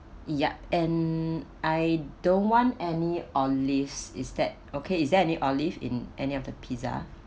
yup and I don't want any olives is that okay is there any olive in any of the pizza